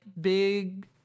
big